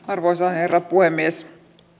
arvoisa herra puhemies